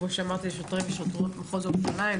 תודה לשוטרי ושוטרות מחוז ירושלים,